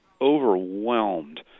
overwhelmed